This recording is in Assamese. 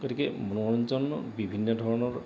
গতিকে মনোৰঞ্জন বিভিন্ন ধৰণৰ